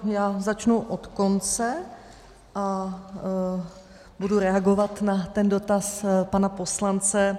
Já začnu od konce a budu reagovat na dotaz pana poslance.